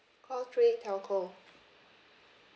call three telco